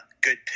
good